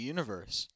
Universe